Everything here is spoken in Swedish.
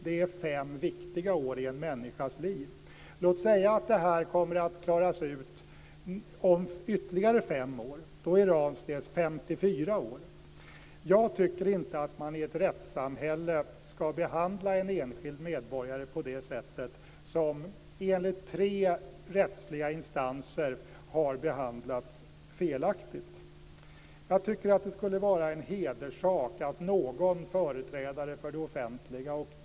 Det är fem viktiga år i en människas liv. Låt oss säga att det här kommer att klaras ut om ytterligare fem år. Då är Ransnäs 54 år. Jag tycker inte att man ska behandla en enskild medborgare på det sättet i ett rättssamhälle. Enligt tre rättsliga instanser har han behandlats felaktigt. Jag tycker att detta skulle vara en hederssak för någon företrädare för det offentliga.